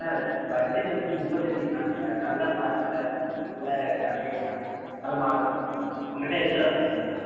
sir budget வந்து முப்பத்தஞ்சுக்கு மேலே சார் நல்ல ப்ராஸஸர் நல்ல கம்பெனியாக நல்ல மாடலாக சொல்லுங்கள் சார் உங்கள்கிட்ட இருக்கிறதா சொல்லுங்கள் சார்